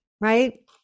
right